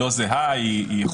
לא